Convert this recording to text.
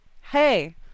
Hey